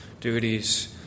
duties